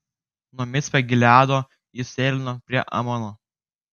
nuo micpe gileado jis sėlino prie amono